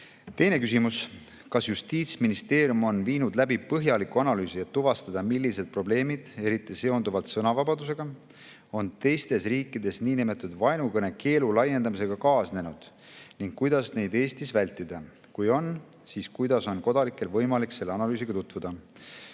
Teine küsimus: "Kas Justiitsministeerium on viinud läbi põhjaliku analüüsi, et tuvastada, millised probleemid, eriti seonduvalt sõnavabadusega, on teistes riikides nn vaenukõne keelu laiendamisega kaasnenud ning kuidas neid Eestis vältida? Kui on, siis kuidas on kodanikel võimalik selle analüüsiga tutvuda?"